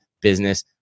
business